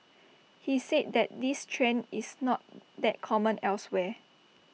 he said that this trend is not that common elsewhere